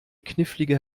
knifflige